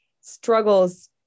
struggles